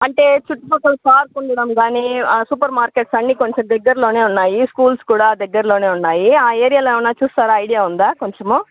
అంటే చుట్టుపక్కల పార్క్ ఉండడం కానీ సూపర్మార్కెట్స్ అన్నీ కొంచం దగ్గర్లోనే ఉన్నాయి స్కూల్స్ కూడా దగ్గర్లోనే ఉన్నాయి ఆ ఏరియాలో ఏమన్నా చూస్తారా ఐడియా ఉందా కొంచం